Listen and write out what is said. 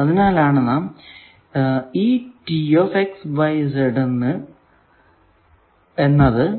അതിനാലാണ് നാം എന്നത് എന്ന